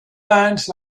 lands